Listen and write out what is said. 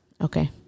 Okay